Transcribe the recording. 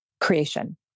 creation